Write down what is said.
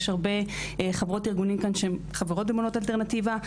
יש הרבה חברות ארגונים כאן שהן חברות בבונות אלטרנטיבה,